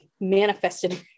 manifested